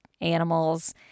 animals